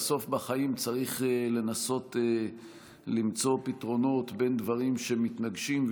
בסוף בחיים צריך לנסות למצוא פתרונות בין דברים שמתנגשים,